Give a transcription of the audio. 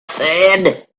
said